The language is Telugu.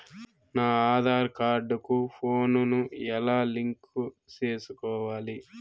నా ఆధార్ కార్డు కు ఫోను ను ఎలా లింకు సేసుకోవాలి?